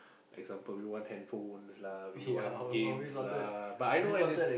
example we want hand phones lah we want games lah but I know why this